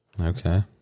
Okay